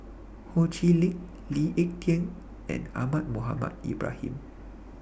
Ho Chee Lick Lee Ek Tieng and Ahmad Mohamed Ibrahim